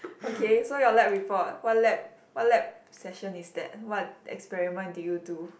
okay so your lab report what lab what lab session is that what experiment did you do